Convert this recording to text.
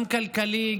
גם כלכלי,